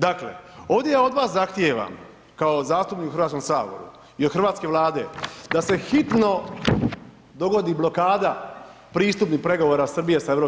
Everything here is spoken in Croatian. Dakle, ovdje ja od vas zahtijevam kao zastupnik u Hrvatskom saboru i od Hrvatske Vlade da se hitno dogodi blokada pristupnih pregovora Srbije sa EU